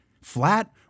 flat